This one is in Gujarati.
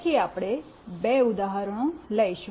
પછી આપણે બે ઉદાહરણો લઈશું